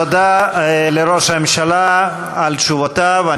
תודה לראש הממשלה על תשובותיו.